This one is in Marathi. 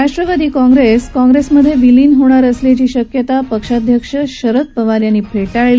राष्ट्रवादी काँग्रक्ष काँग्रक्षमधी विलीन होणार असल्याची शक्यता पक्षाध्यक्ष शरद पवार यांनी फ्यााळली